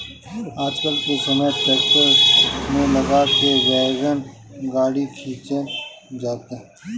आजकल के समय ट्रैक्टर में लगा के वैगन गाड़ी खिंचल जाता